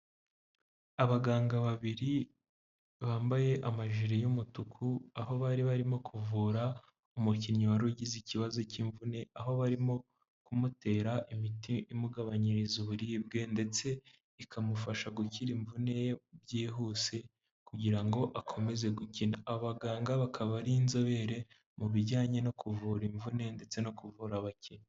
Abaganga babiri bambaye amajiri y'umutuku aho bari barimo kuvura umukinnyi wari ugize ikibazo cy'imvune aho barimo kumutera imiti imugabanyiriza uburibwe ndetse ikamufasha gukira imvune ye byihuse kugira ngo akomeze gukina, abaganga bakaba ari inzobere mu bijyanye no kuvura imvune ndetse no kuvura abakinnyi.